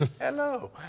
Hello